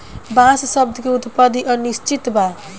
बांस शब्द के उत्पति अनिश्चित बा